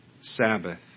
Sabbath